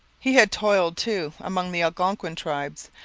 he had toiled, too, among the algonquin tribes,